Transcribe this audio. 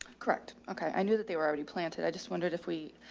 correct. okay. i knew that they were already planted. i just wondered if we,